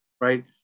right